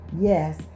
Yes